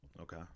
Okay